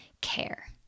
care